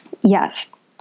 yes